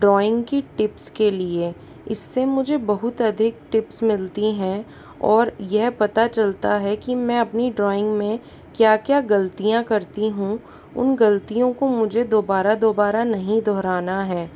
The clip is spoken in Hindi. ड्रॉइंग की टिप्स के लिए इससे मुझे बहुत अधिक टिप्स मिलती हैं और यह पता चलता है कि मैं अपनी ड्रॉइंग में क्या क्या गलतियाँ करती हूँ उन गलतियों को मुझे दोबारा दोबारा नहीं दोहराना है